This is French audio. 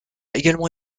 également